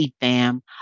Fam